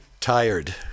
Tired